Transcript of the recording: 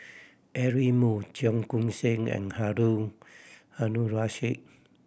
Eric Moo Cheong Koon Seng and Harun Aminurrashid